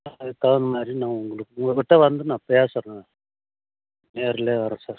அதுக்கு தவுந்த மாரி நான் உங்களுக்கு உங்கள்கிட்ட வந்து நான் பேசறேனுங்க நேர்ல வரேன் சார்